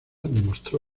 demostró